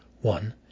One